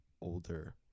older